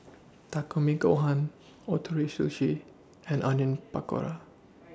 Takikomi Gohan Ootoro Sushi and Onion Pakora